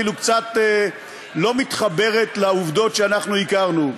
קצת לא מתחברת לעובדות שאנחנו הכרנו.